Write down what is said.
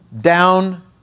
Down